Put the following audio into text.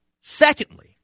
Secondly